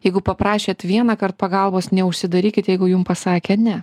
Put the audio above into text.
jeigu paprašėt vienąkart pagalbos neužsidarykit jeigu jum pasakė ne